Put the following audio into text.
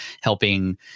helping